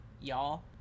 y'all